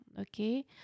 okay